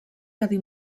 cadí